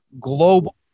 global